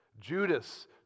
Judas